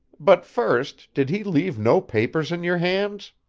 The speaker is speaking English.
but first, did he leave no papers in your hands?